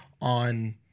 on